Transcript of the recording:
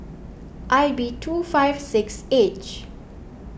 I B two five six H